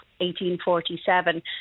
1847